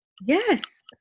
Yes